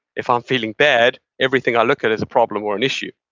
if i'm feeling bad, everything i look at is a problem or an issue.